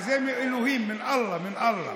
זה מאלוהים, מן אללה, מן אללה.